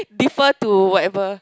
differ to whatever